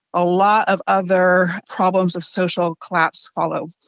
a lot of other problems of social collapse follow.